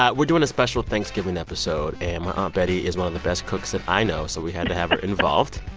ah we're doing a special thanksgiving episode. and my aunt betty is one of the best cooks that i know. so we had to have her involved.